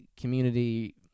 community